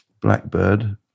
blackbird